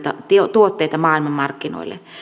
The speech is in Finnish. tuotteita maailmanmarkkinoille